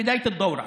המאוחדת.